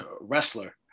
wrestler